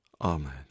Amen